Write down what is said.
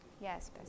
Yes